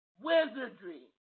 wizardry